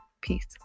Peace